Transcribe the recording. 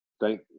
Thank